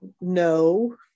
no